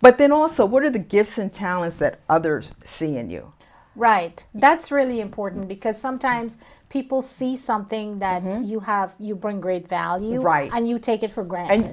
but then also what are the gifts and talents that others see in you right that's really important because sometimes people see something that you have you bring great value right and you take it for granted